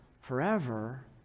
forever